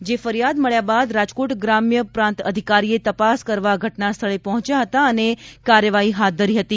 જે ફરિયાદ મળ્યા બાદ રાજકોટ ગ્રામ્ય પ્રાંત અધિકારીએ તપાસ કરવા ઘટના સ્થળે પહોંચ્યા હતા અને કાર્યવાહી હાથ ધરી હતી